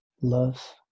love